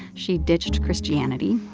she ditched christianity.